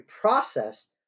process